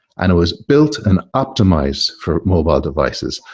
and it was built and optimized for mobile devices.